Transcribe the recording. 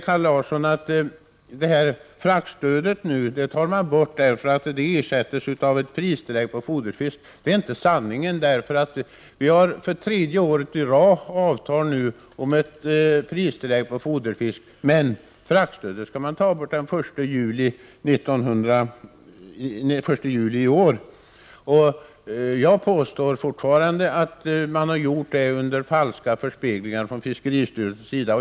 Kaj Larsson säger att fraktstödet skall tas bort och ersättas av ett pristillägg på foderfisk. Det är inte sant. För tredje året i rad har vi ett avtal om pristillägg på foderfisk. Fraktstödet skall tas bort den 1 juli i år. Jag påstår fortfarande att man har gjort detta under falska förespeglingar från fiskeristyrelsens sida.